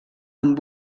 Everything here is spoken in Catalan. amb